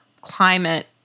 climate